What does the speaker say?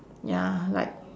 ya like